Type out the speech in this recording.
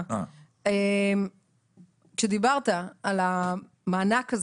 כשדיברת על המענק הזה,